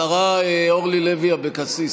השרה אורלי לוי אבקסיס,